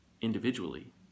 individually